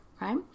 right